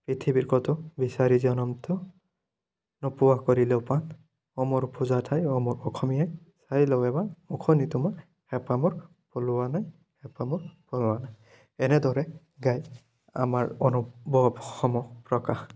পৃথিৱীৰ ক'তো বিচাৰি জনমটো নোপোৱা কৰিলেও পাত অ' মোৰ উপজা ঠাই অ' মোৰ অসমী আই চাই লওঁ এবাৰ মুখনি তোমাৰ হেঁপাহ মোৰ পলোৱা নাই হেঁপাহ মোৰ পলোৱা নাই এনেদৰে গাই আমাৰ অনুভৱসমূহ প্ৰকাশ